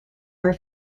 are